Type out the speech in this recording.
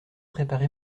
préparé